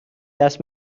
دست